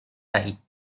high